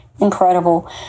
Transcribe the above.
incredible